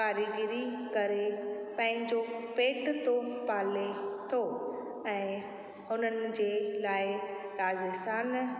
कारीगरी करे पंहिंजो पेट थो पाले थो ऐं उन्हनि जे लाइ राजस्थान